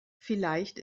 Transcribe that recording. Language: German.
vielleicht